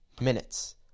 minutes